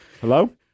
Hello